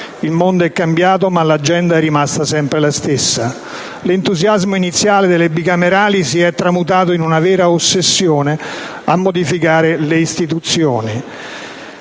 Il mondo è cambiato, ma l'agenda è rimasta sempre la stessa. L'entusiasmo iniziale delle bicamerali si è tramutato in una vera ossessione a modificare le istituzioni,